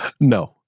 No